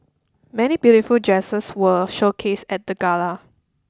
many beautiful dresses were showcased at the gala